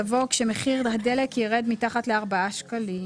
יבוא "כשמחיר הדלק ירד מתחת ל-4 שקלים".